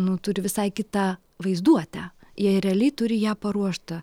nu turi visai kitą vaizduotę jie realiai turi ją paruoštą